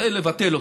זה לבטל אותו.